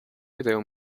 video